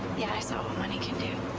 yeah, i saw what money can do.